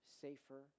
safer